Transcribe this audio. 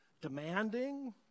demanding